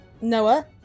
Noah